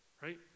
Right